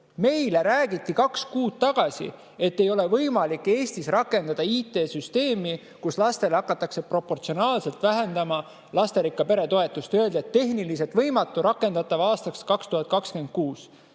Meile räägiti kaks kuud tagasi, et ei ole võimalik Eestis rakendada IT-süsteemi, kus hakatakse proportsionaalselt vähendama lasterikka pere toetust. Öeldi, et tehniliselt võimatu, rakendatav aastaks 2026.